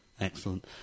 Excellent